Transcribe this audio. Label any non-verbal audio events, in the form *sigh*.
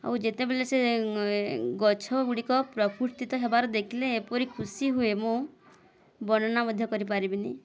ଆଉ ଯେତେବେଲେ ସେ ଗଛ ଗୁଡ଼ିକ ପ୍ରଫୁର୍ତୀତ୍ତ *unintelligible* ହେବାର ଦେଖିଲେ ଏପରି ଖୁସି ହୁଏ ମୁଁ ବର୍ଣ୍ଣନା ମଧ୍ୟ କରି ପାରିବିନି